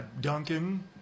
Duncan